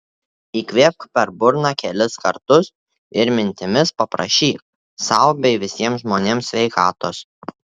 įkvėpk per burną kelis kartus ir mintimis paprašyk sau bei visiems žmonėms sveikatos